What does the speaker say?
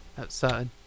Outside